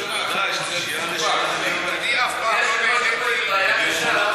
אני אף פעם לא נהניתי,